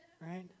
right